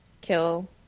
kill